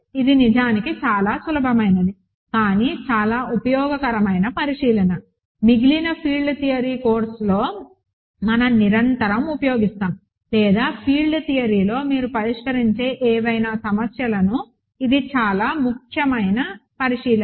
ఇది నిజానికి చాలా సులభమైనది కానీ చాలా ఉపయోగకరమైన పరిశీలన మిగిలిన ఫీల్డ్ థియరీ కోర్సులో మనం నిరంతరం ఉపయోగిస్తాము లేదా ఫీల్డ్ థియరీలో మీరు పరిష్కరించే ఏవైనా సమస్యలను ఇది చాలా ముఖ్యమైన పరిశీలన